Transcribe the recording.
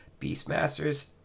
Beastmasters